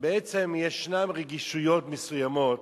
בעצם ישנן רגישויות מסוימות,